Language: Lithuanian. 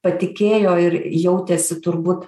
patikėjo ir jautėsi turbūt